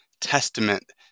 testament